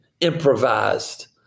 improvised